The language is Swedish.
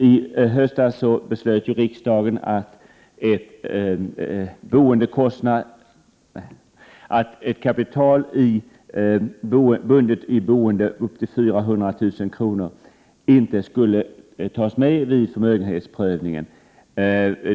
I höstas beslöt riksdagen att kapital bundet i boende upp till 400 000 kr. inte skulle tas med vid förmögenhetsprövningen.